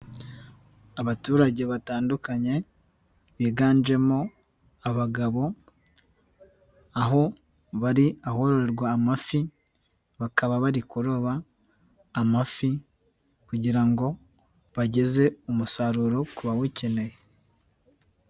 Abaturage batandukanye biganjemo abagabo aho bari ahororerwa amafi, bakaba bari kuroba amafi kugira ngo bageze umusaruro ku bawukeneye.